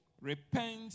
repent